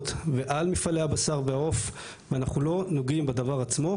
ועל מפעלי הבשר והעוף ואנחנו לא נוגעים בדבר עצמו,